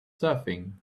surfing